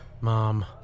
Mom